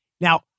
Now